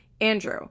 Andrew